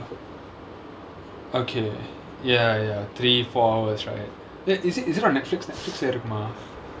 okay ya ya three four hours right it is it is it on Netflix Netflix lah இருக்குமா:irukkumaa